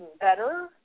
better